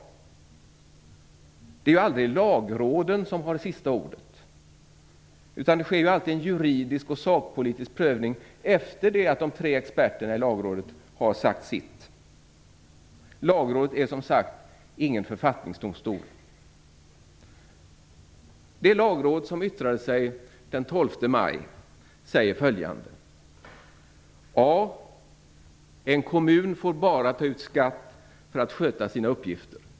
Det är aldrig Lagråden som har sista ordet, utan det sker alltid en juridisk och sakpolitisk prövning efter det att de tre experterna i Lagrådet har sagt sitt. Lagrådet är som sagt ingen författningsdomstol. Det lagråd som yttrande sig den 12 maj säger följande: a) En kommun får bara ta ut skatt för att sköta sina uppgifter.